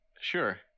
Sure